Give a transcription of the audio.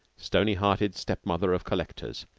stony-hearted step-mother of collectors,